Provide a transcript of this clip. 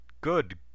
good